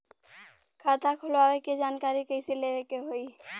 खाता खोलवावे के जानकारी कैसे लेवे के होई?